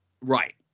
Right